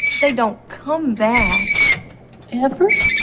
they don't come back ever?